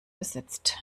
besetzt